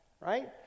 Right